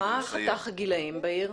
מה חתך הגילאים בעיר?